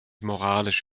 moralisch